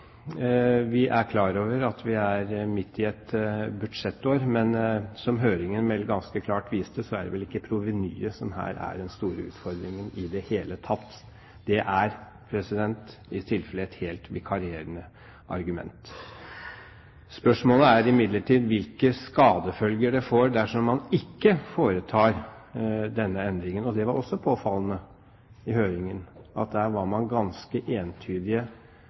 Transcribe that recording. Vi er klar over at vi er midt i et budsjettår, men som høringen vel ganske klart viste, er det vel ikke provenyet som her er den store utfordringen i det hele tatt. Det er i tilfelle et helt vikarierende argument. Spørsmålet er imidlertid hvilke skadefølger det får dersom man ikke foretar denne endringen. Det var også påfallende i høringen at der var man ganske entydige,